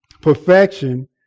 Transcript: Perfection